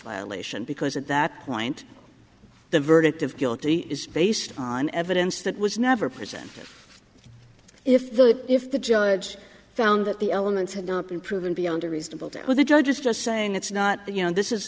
violation because at that point the verdict of guilty is based on evidence that was never presented if the if the judge found that the elements had not been proven beyond a reasonable doubt the judge is just saying it's not you know this is